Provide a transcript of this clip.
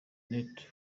neto